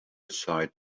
aside